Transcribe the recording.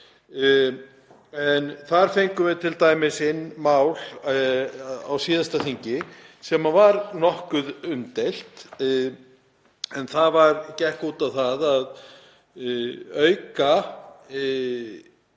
Þar fengum við t.d. inn mál á síðasta þingi sem var nokkuð umdeilt en það gekk út á að auka